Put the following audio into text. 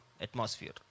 atmosphere